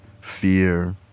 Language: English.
fear